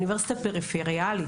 אוניברסיטה פריפריאלית,